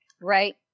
right